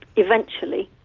eventually,